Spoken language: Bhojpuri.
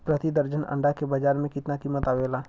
प्रति दर्जन अंडा के बाजार मे कितना कीमत आवेला?